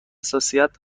حساسیت